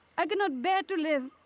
i cannot bear to live.